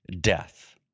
death